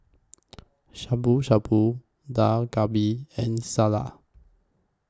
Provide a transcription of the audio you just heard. Shabu Shabu Dak Galbi and Salsa